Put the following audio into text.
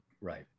right